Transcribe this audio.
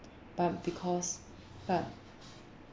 but because but